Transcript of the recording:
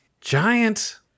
giant